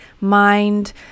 mind